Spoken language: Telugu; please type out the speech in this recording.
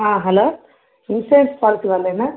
హలో ఇన్సూరెన్స్ పాలసీ వాళ్ళేనా